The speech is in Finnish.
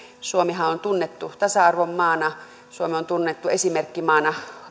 suomihan on on tunnettu tasa arvon maana suomi on tunnettu esimerkkimaana